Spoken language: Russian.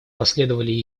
последовали